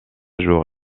jour